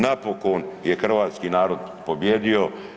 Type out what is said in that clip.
Napokon je hrvatski narod pobijedio.